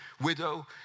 widow